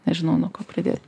nežinau nuo ko pradėt